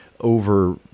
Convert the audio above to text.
over